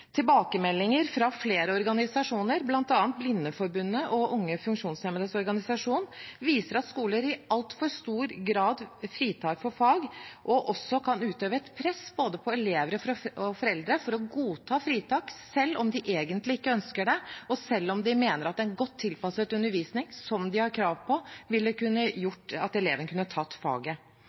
Tilbakemeldinger fra flere organisasjoner, bl.a. Blindeforbundet og Unge funksjonshemmede, viser at skoler i altfor stor grad fritar for fag, og også kan utøve et press både på elever og foreldre for å godta fritak – selv om de egentlig ikke ønsker det, og selv om de mener at en godt tilpasset undervisning, som de har krav på, ville kunne ha gjort at eleven kunne ha tatt faget.